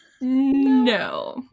No